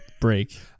break